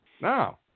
No